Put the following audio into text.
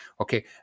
Okay